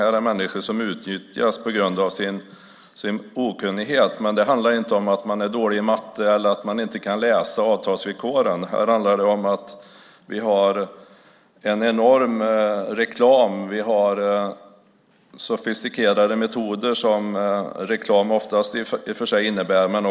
Det är människor som utnyttjas på grund av sin okunnighet. Men det handlar inte om att man är dålig på matte eller att man inte kan läsa avtalsvillkoren, utan det handlar om att de som gör reklam använder sofistikerade metoder, vilket i och för sig oftast är fallet när det gäller reklam.